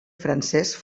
francesc